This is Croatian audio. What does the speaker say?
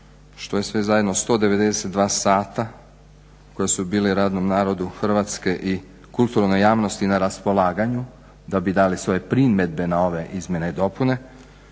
što je sve zajedno 192 sata koja su bile radnom narodu Hrvatske i kulturnoj javnosti na raspolaganju da bi dali svoje primjedbe na ove izmjene i dopune.